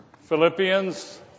Philippians